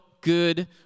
good